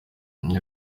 ibyo